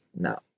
no